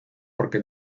porque